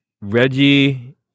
Reggie